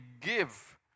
give